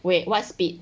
wait what speed